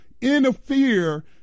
interfere